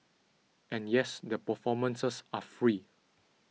and yes the performances are free